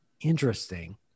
interesting